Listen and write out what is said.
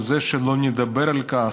ובזה שלא נדבר על כך,